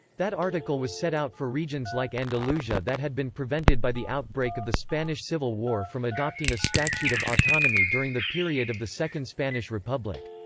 that article was set out for regions like andalusia that had been prevented by the outbreak of the spanish civil war from adopting a statute of autonomy during the period of the second spanish republic.